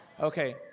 Okay